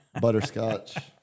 Butterscotch